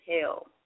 hell